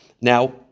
Now